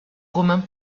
romain